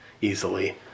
easily